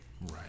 Right